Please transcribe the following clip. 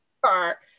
car